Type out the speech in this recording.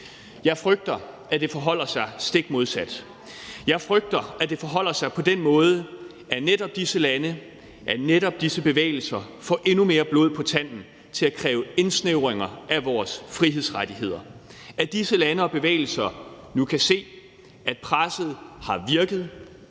Jeg frygter, at det forholder sig stik modsat. Jeg frygter, at det forholder sig på den måde, at netop disse lande og netop disse bevægelser får endnu mere blod på tanden til at kræve indsnævringer af vores frihedsrettigheder, og at disse lande og bevægelser nu kan se, at presset har virket: